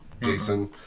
Jason